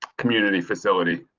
community facility.